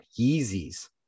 Yeezys